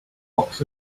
box